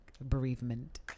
bereavement